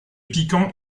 piquant